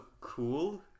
cool